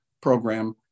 program